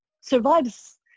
survives